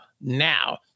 now